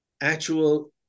actual